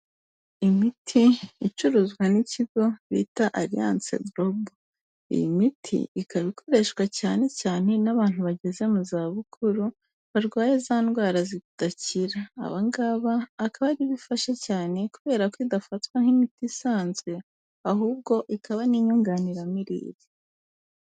Imiti icuruzwa n'ikigo bita Alliance Global. Iyi miti ikaba ikoreshwa cyane cyane n'abantu bageze mu zabukuru barwaye za ndwara zidakira, aba ngaba akaba ari bo ifasha cyane kubera ko idafatwa nk'imiti isanzwe ahubwo ikaba n'inyunganiramirire.